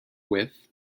with